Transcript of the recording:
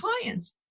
clients